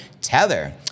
Tether